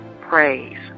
praise